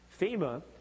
FEMA